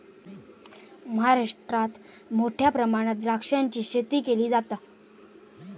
महाराष्ट्रात मोठ्या प्रमाणात द्राक्षाची शेती केली जाता